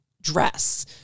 dress